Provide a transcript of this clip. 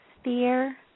sphere